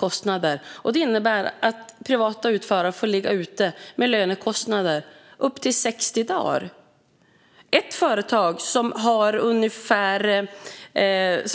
Detta innebär att privata utförare får ligga ute med lönekostnader i upp till 60 dagar. Ett företag, som